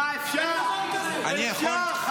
סליחה, אפשר.